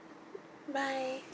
bye